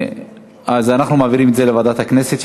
אז אנחנו מעבירים את זה לוועדת הכנסת,